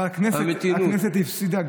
אבל הכנסת הפסידה,